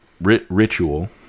Ritual